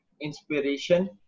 inspiration